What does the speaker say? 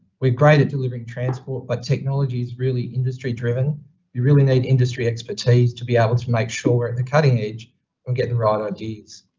we're great at delivering transport, but technology is really industry driven. we really need industry expertise to be able to make sure the cutting age or getting right ideas.